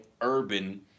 urban